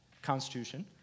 Constitution